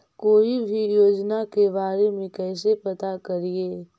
कोई भी योजना के बारे में कैसे पता करिए?